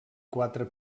quatre